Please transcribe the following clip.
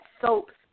soaps